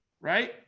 right